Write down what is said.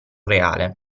reale